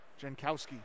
Jankowski